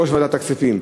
יושב-ראש ועדת הכספים.